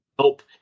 help